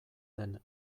den